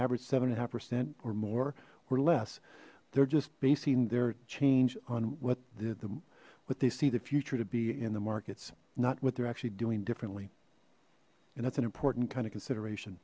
average seven five percent or more or less they're just basing their change on what the what they see the future to be in the markets not what they're actually doing differently and that's an important kind of consideration